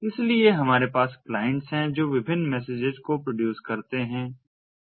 इसलिए हमारे पास क्लाइंट्स हैं जो विभिन्न मैसेजेस को प्रोड्यूस करते हैं हैं